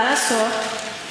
מה לעשות?